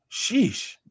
Sheesh